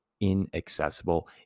inaccessible